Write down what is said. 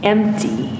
Empty